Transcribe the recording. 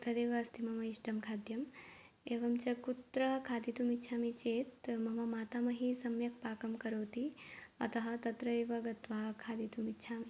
तदेव अस्ति मम इष्टं खाद्यम् एवं च कुत्र खादितुमिच्छामि चेत् मम मातामही सम्यक् पाकं करोति अतः तत्रैव गत्वा खादितुमिच्छामि